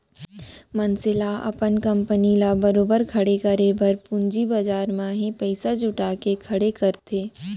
मनसे ल अपन कंपनी ल बरोबर खड़े करे बर पूंजी बजार म ही पइसा जुटा के खड़े करथे